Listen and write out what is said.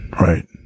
right